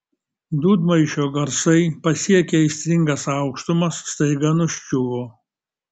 dūdmaišio garsai pasiekę aistringas aukštumas staiga nuščiuvo